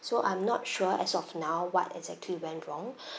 so I'm not sure as of now what exactly went wrong